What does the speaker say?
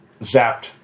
zapped